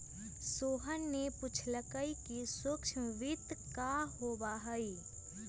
सोहन ने पूछल कई कि सूक्ष्म वित्त का होबा हई?